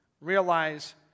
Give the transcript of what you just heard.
realize